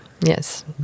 yes